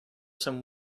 some